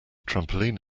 trampoline